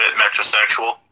metrosexual